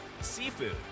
Seafood